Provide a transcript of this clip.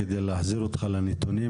כדי להחזיר אותך לנתונים,